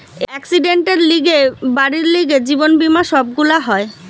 একসিডেন্টের লিগে, বাড়ির লিগে, জীবন বীমা সব গুলা হয়